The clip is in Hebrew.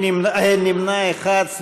נמנע אחד.